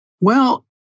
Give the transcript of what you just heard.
Well-